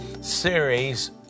series